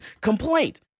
complaint